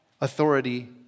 authority